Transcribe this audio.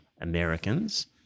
Americans